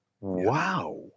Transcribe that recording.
Wow